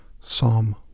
Psalm